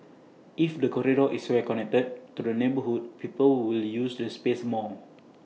if the corridor is well connected to the neighbourhood people will use the space more